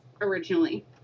originally